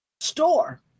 store